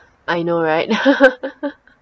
I know right